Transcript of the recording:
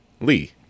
Lee